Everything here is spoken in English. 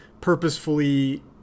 purposefully